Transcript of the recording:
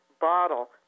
bottle